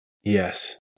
Yes